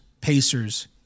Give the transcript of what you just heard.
Pacers